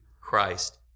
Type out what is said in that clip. Christ